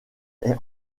est